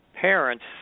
parents